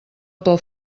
pel